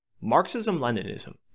Marxism-Leninism